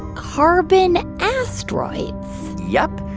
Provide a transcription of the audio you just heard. carbon asteroids yup.